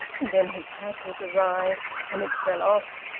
and then his hat was awry and it fell off,